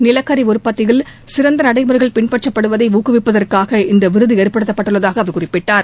நிலக்கரி உற்பத்தியில் சிறந்த நடைமுறைகள் பின்பற்றப்படுவதை ஊக்குவிப்பதற்காக இந்த விருது ஏற்படுத்தப்பட்டதாக அவர் குறிப்பிட்டார்